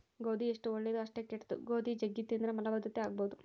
ಗೋಧಿ ಎಷ್ಟು ಒಳ್ಳೆದೊ ಅಷ್ಟೇ ಕೆಟ್ದು, ಗೋಧಿ ಜಗ್ಗಿ ತಿಂದ್ರ ಮಲಬದ್ಧತೆ ಆಗಬೊದು